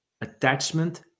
attachment